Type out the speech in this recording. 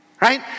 Right